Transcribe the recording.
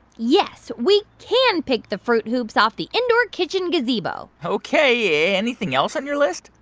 yes, we can pick the fruit hoops off the indoor kitchen gazebo ok. anything else on your list?